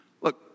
Look